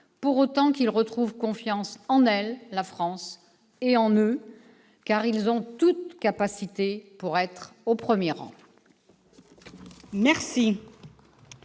pour autant qu'ils retrouvent confiance en leur pays et en eux, car ils ont toute capacité pour être au premier rang.